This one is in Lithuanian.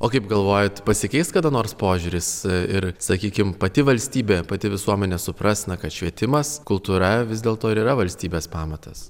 o kaip galvojat pasikeis kada nors požiūris ir sakykim pati valstybė pati visuomenė supras na kad švietimas kultūra vis dėlto ir yra valstybės pamatas